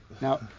Now